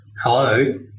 Hello